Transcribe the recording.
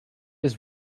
his